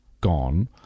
gone